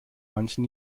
manchen